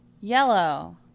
yellow